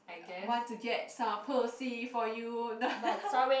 want to get some pussy for you